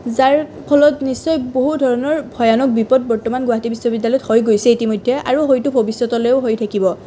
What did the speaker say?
যাৰ ফলত নিশ্চয় বহু ধৰণৰ ভয়ানক বিপদ বৰ্তমান গুৱাহাটী বিশ্ববিদ্যালয়ত হৈ গৈছে ইতিমধ্যে আৰু হয়তো ভৱিষ্যতলৈও হৈ থাকিব